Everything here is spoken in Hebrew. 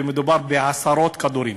ומדובר בעשרות כדורים.